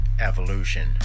evolution